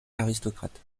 aristocrate